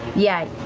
yeah.